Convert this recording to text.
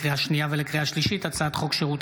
לקריאה שנייה ולקריאה שלישית: הצעת חוק שירות